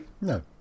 no